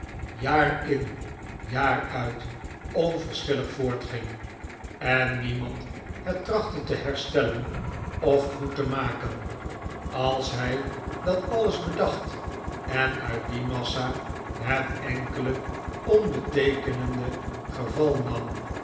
bray in jaar uit onverschillig voortging en niemand het trachtte te herstellen of goed te maken als hij dat alles bedacht en uit die massa het enkele onbeteekenende geval nam